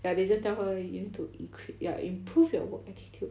ya they just tell her you need to inc~ ya improve your work attitude